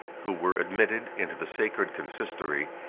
who were admitted into the sacred consistory,